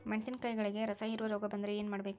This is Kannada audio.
ಮೆಣಸಿನಕಾಯಿಗಳಿಗೆ ರಸಹೇರುವ ರೋಗ ಬಂದರೆ ಏನು ಮಾಡಬೇಕು?